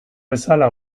bezala